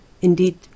Indeed